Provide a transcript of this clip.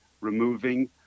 removing